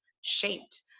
shaped